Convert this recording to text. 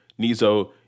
Nizo